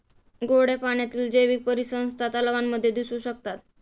गोड्या पाण्यातील जैवीक परिसंस्था तलावांमध्ये दिसू शकतात